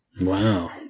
Wow